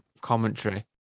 commentary